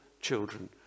children